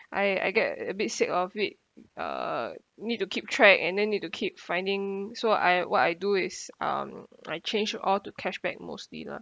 I I get a bit sick of it uh need to keep track and then need to keep finding so I what I do is um I change it all to cashback mostly lah